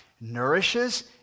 nourishes